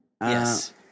Yes